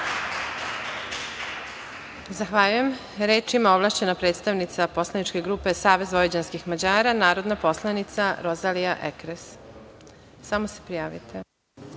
Zahvaljujem. Reč ima ovlašćena predstavnica poslaničke grupe Savez vojvođanskih Mađara, narodna poslanica Rozalija Ekres. Izvolite.